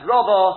Robo